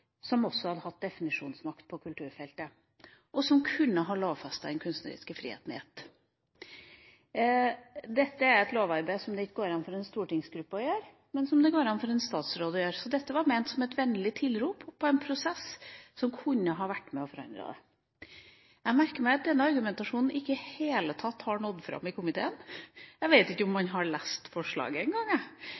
som også hadde fått definisjonsmakt på kulturfeltet, og som kunne ha lovfestet den kunstneriske friheten i ett. Det er et lovarbeid som det ikke går an for en stortingsgruppe å gjøre, men som det går an for en statsråd å gjøre, så dette var ment som et vennlig tilrop på en prosess som kunne ha vært med og forandret det. Jeg merker meg at denne argumentasjonen ikke i det hele tatt har nådd fram i komiteen. Jeg vet ikke om man har lest forslaget